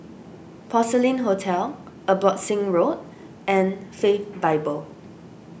Porcelain Hotel Abbotsingh Road and Faith Bible